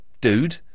dude